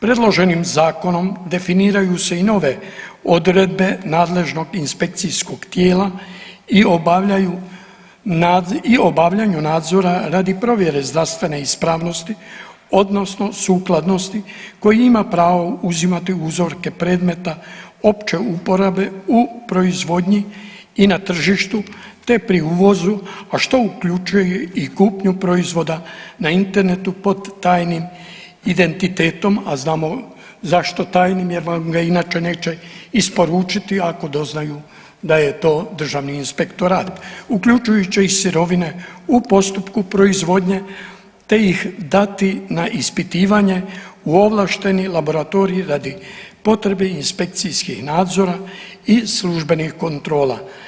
Predloženim zakonom definiraju se i nove odredbe nadležnog inspekcijskog tijela i obavljanju nadzora radi provjere zdravstvene ispravnosti, odnosno sukladnosti koji ima pravo uzimati uzorke predmeta opće uporabe u proizvodnji i na tržištu, te pri uvozu, a što uključuje i kupnju proizvoda na internetu pod tajnim identitetom, a znamo zašto tajnim jer vam ga inače neće isporučiti ako doznaju da je to Državni inspektorat uključujući i sirovine u postupku proizvodnje, te ih dati na ispitivanje u ovlašteni laboratorij radi potrebe inspekcijskih nadzora i službenih kontrola.